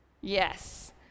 Yes